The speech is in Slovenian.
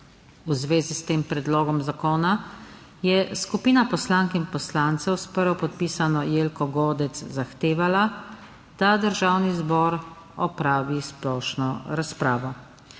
V zvezi s tem predlogom zakona je skupina poslank in poslancev s prvopodpisano Jelko Godec zahtevala, da Državni zbor opravi splošno razpravo.